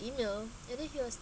email and then he was